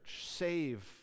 save